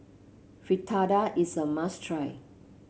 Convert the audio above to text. Fritada is a must try